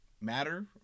matter